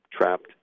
trapped